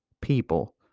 people